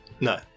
no